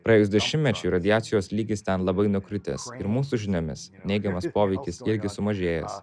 praėjus dešimtmečiui radiacijos lygis ten labai nukritęs ir mūsų žiniomis neigiamas poveikis irgi sumažėjęs